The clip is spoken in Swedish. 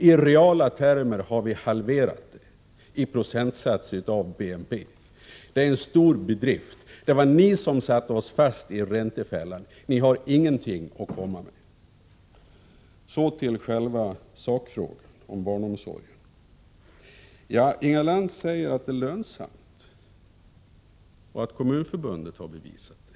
I reala termer har vi halverat det i procent av BNP. Det är en stor bedrift. Ni satte oss fast i räntefällan. Ni har ingenting att komma med. Så till själva sakfrågan: barnomsorgen. Inga Lantz säger att den är lönsam och att Kommunförbundet har bevisat detta.